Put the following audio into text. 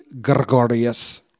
Gregorius